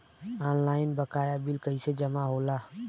Online बकाया bill कैसे जमा होला?